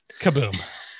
kaboom